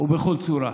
ובכל צורה.